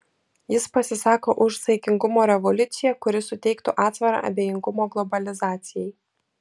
jis pasisako už saikingumo revoliuciją kuri suteiktų atsvarą abejingumo globalizacijai